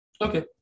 Okay